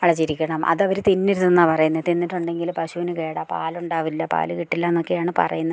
അളച്ചിരിക്കണം അതവർ തിന്നരുതെന്നാണ് പറയുന്നത് തിന്നിട്ടുണ്ടെങ്കിൽ പശുവിന് കേടാണ് പാലുണ്ടാകില്ല പാല് കിട്ടില്ലയെന്നൊക്കെയാണ് പറയുന്നു